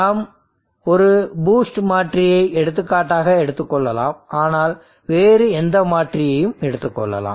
நாம் ஒரு பூஸ்ட் மாற்றியை எடுத்துக்காட்டாக எடுத்துக் கொள்ளலாம் ஆனால் வேறு எந்த மாற்றியையும் எடுத்துக் கொள்ளலாம்